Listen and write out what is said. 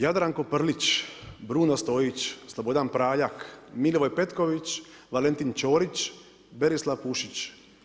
Jadranko Prlić, Bruno Stojić, Slobodan Praljak, Milivoj Petković, Valentin Čorić, Berislav Pušić.